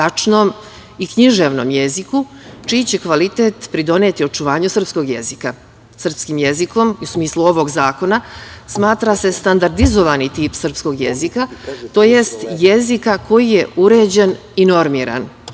i književnom jeziku, čiji će kvalitet pridoneti očuvanju srpskog jezika. Srpskim jezikom, u smislu ovog zakona, smatra se standardizovani tip srpskog jezika, tj. jezika koji je uređen i normiran.